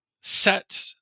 set